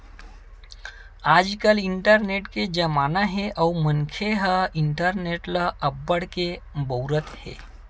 आजकाल इंटरनेट के जमाना हे अउ मनखे ह इंटरनेट ल अब्बड़ के बउरत हे